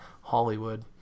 Hollywood